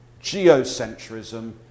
geocentrism